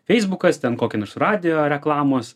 feisbukas ten kokio nors radijo reklamos